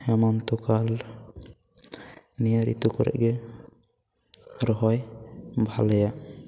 ᱦᱮᱢᱚᱱᱛᱚ ᱠᱟᱞ ᱱᱤᱭᱟᱹ ᱨᱤᱛᱩ ᱠᱚᱨᱮ ᱜᱮ ᱨᱚᱦᱚᱭ ᱵᱷᱟᱞᱮᱭᱟ